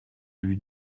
lui